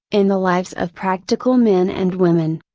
in the lives of practical men and women.